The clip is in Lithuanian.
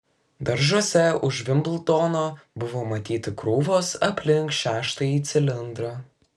daržuose už vimbldono buvo matyti krūvos aplink šeštąjį cilindrą